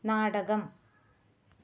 നാടകം